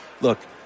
look